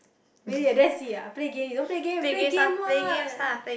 really that's it ah you don't play game play game lah